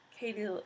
Katie